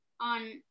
on